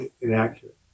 inaccurate